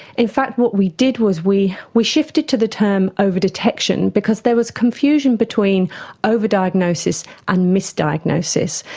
in fact what we did was we we shifted to the term over-detection, because there was confusion between over-diagnosis and misdiagnosis.